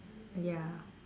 ya